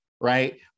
Right